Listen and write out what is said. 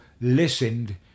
listened